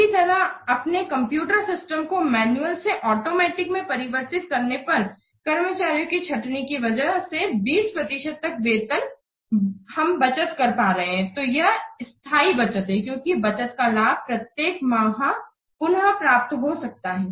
इसी तरह अपने कम्प्यूटर सिस्टम को मैन्युअल से आटोमेटिक में परिवर्तित करने पर कर्मचारियों की छटनी के वजह से 20 प्रतिशत तक वेतन में बचत कर पा रहे है तो यह स्थाई बचत है क्योकि बचत का लाभ प्रत्येक माह पुनः प्राप्त हो सकता है